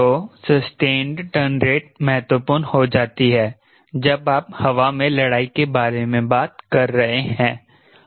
तो sustained turn rate महत्वपूर्ण हो जाती है जब आप हवा में लड़ाई के बारे में बात कर रहे हैं